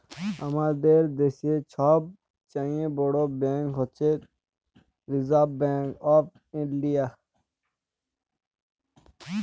আমাদের দ্যাশের ছব চাঁয়ে বড় ব্যাংক হছে রিসার্ভ ব্যাংক অফ ইলডিয়া